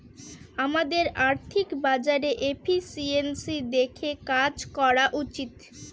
আমাদের আর্থিক বাজারে এফিসিয়েন্সি দেখে কাজ করা উচিত